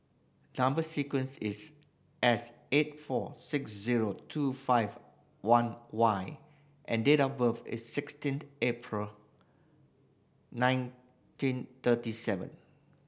number sequence is S eight four six zero two five one Y and date of birth is sixteenth April nineteen thirty seven